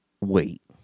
Wait